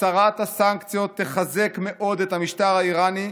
הסרת הסנקציות תחזק מאוד את המשטר האיראני,